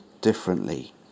differently